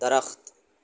درخت